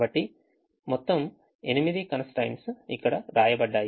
కాబట్టి మొత్తం ఎనిమిది constraints ఇక్కడ వ్రాయబడ్డాయి